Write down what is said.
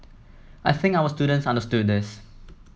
I think our students understood this